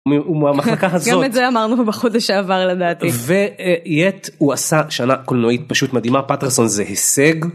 גם את זה אמרנו בחודש שעבר לדעתי והוא עשה שנה קולנועית פשוט מדהימה פטרסון זה הישג.